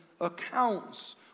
accounts